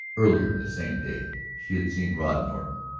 earlier in the same day, she had seen rod norton.